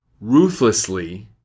ruthlessly